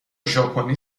ژاپنی